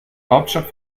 hauptstadt